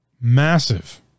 Massive